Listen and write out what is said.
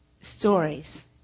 stories